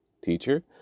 Teacher